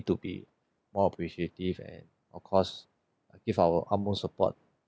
to be more appreciative and of course give our utmost support